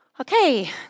Okay